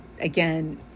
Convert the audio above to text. again